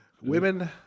Women